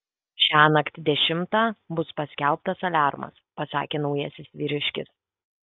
šiąnakt dešimtą bus paskelbtas aliarmas pasakė naujasis vyriškis